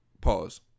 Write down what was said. Pause